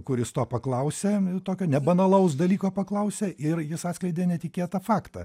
kuris to paklausė tokio nebanalaus dalyko paklausė ir jis atskleidė netikėtą faktą